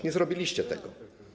Nie zrobiliście tego.